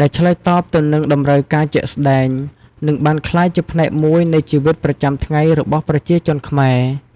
ដែលឆ្លើយតបទៅនឹងតម្រូវការជាក់ស្តែង និងបានក្លាយជាផ្នែកមួយនៃជីវិតប្រចាំថ្ងៃរបស់ប្រជាជនខ្មែរ។